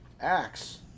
Axe